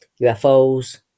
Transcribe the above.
UFOs